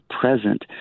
present